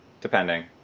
Depending